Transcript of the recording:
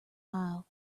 aisle